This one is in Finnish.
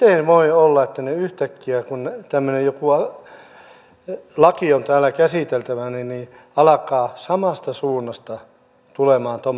miten voi olla että yhtäkkiä kun tämmöinen joku laki on täällä käsiteltävänä alkaa samasta suunnasta tulemaan tuommoinen lobbaus